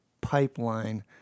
pipeline